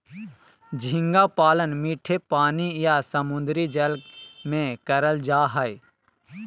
झींगा पालन मीठे पानी या समुंद्री जल में करल जा हय